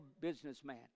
businessman